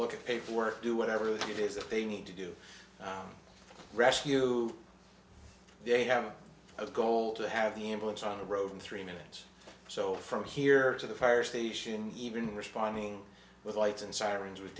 look at paperwork do whatever it is that they need to do rescue they have a goal to have the ambulance on the road in three minutes or so from here to the fire station even responding with lights and sirens would